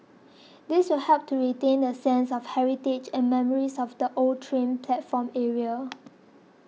this will help to retain the sense of heritage and memories of the old train platform area